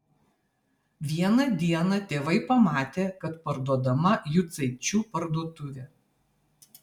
vieną dieną tėvai pamatė kad parduodama jucaičių parduotuvė